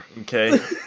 Okay